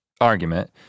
argument